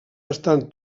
estan